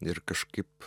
ir kažkaip